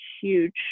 huge